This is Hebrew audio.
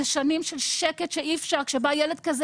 זה שנים של שקט שאי אפשר כשבא ילד כזה